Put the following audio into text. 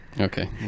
Okay